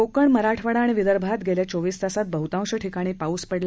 कोकण मराठवाडा आणि विदर्भात गेल्या चोवीस तासात बह्तांश ठिकाणी पाऊस पडला